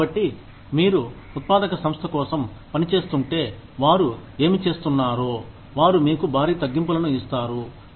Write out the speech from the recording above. కాబట్టి మీరు ఉత్పాదక సంస్థ కోసం పని చేస్తుంటే వారు ఏమి చేస్తున్నారో వారు మీకు భారీ తగ్గింపులను ఇస్తారు